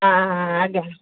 ହଁ ହଁ ଆଜ୍ଞା